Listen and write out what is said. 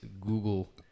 Google